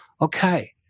Okay